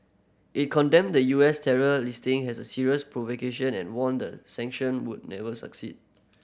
it condemned the U S terror listing as a serious provocation and warned that sanction would never succeed